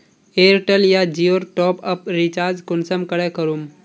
Airtel या जियोर top आप रिचार्ज कुंसम करे करूम?